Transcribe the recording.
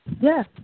Yes